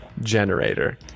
generator